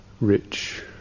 rich